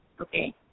Okay